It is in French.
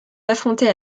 affrontées